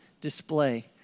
display